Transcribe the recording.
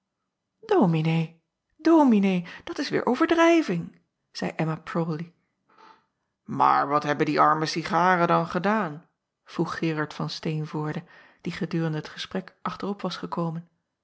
ominee ominee dat is weêr overdrijving ze mma rawley aar wat hebben die arme cigaren dan gedaan vroeg erard van teenvoorde die gedurende het gesprek achterop was gekomen